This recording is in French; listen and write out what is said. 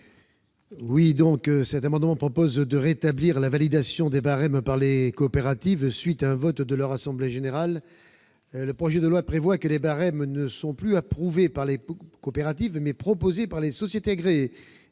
de la commission ? Il s'agit de rétablir la validation des barèmes par les coopératives, par un vote en assemblée générale. Le projet de loi prévoit que les barèmes sont non plus approuvés par les coopératives, mais proposés par les sociétés agréées.